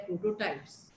prototypes